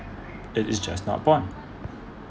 it is just not born